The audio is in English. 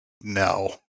no